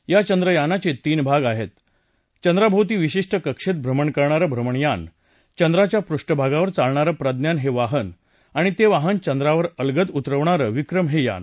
या चांद्रयानाच तीन भाग आहेत चंद्राभोवती विशिष्ट कक्षत्त भ्रमण करणारं भ्रमणयान चंद्राच्या पृष्ठभागावर चालणारं प्रज्ञान हविहन आणि तव्विहन चंद्रावर अलगद उतरवणारं विक्रम हविन